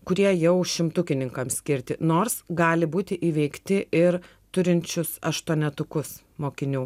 kurie jau šimtukininkam skirti nors gali būti įveikti ir turinčius aštuonetukus mokinių